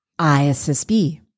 ISSB